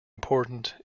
important